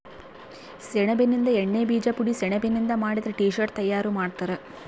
ಸೆಣಬಿನಿಂದ ಎಣ್ಣೆ ಬೀಜ ಪುಡಿ ಸೆಣಬಿನಿಂದ ಮಾಡಿದ ಟೀ ಶರ್ಟ್ ತಯಾರು ಮಾಡ್ತಾರ